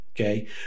Okay